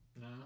No